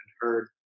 heard